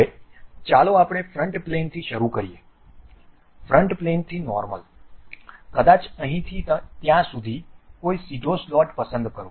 હવે ચાલો આપણે ફ્રન્ટ પ્લેનથી શરૂ કરીએ ફ્રન્ટ પ્લેનથી નોર્મલ કદાચ અહીંથી ત્યાં સુધી કોઈ સીધો સ્લોટ પસંદ કરો